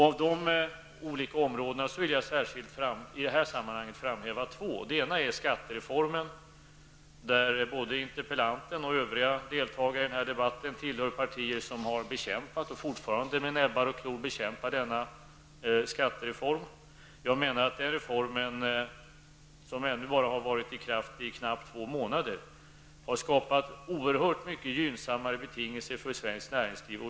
Av dessa olika områden vill jag särskilt framhålla två. Det ena är skattereformen, där både interpellanten och övriga deltagare i debatten tillhör partier som har bekämpat och som fortfarande med näbbar och klor bekämpar den. Jag menar att denna reform, som ju bara har varit i kraft knappt två månader, har skapat oerhört mycket gynnsammare betingelser för svenskt näringsliv.